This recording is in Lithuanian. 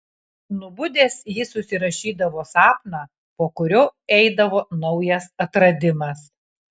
nubudęs jis užsirašydavo sapną po kurio eidavo naujas atradimas